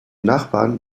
nachbarn